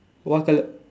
what colour